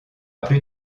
plus